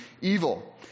evil